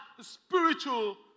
spiritual